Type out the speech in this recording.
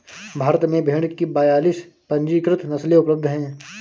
भारत में भेड़ की बयालीस पंजीकृत नस्लें उपलब्ध हैं